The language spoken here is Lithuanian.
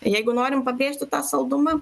jeigu norim pabrėžti tą saldumą